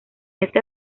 este